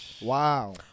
Wow